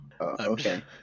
okay